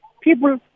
people